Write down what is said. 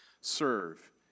serve